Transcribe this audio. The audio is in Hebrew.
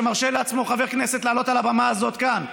כשמרשה לעצמו חבר כנסת לעלות על הבמה הזאת כאן,